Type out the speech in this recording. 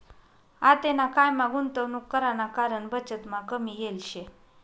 आतेना कायमा गुंतवणूक कराना कारण बचतमा कमी येल शे